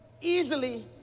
easily